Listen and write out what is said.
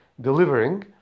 delivering